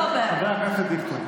חבר הכנסת דיכטר.